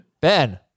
Ben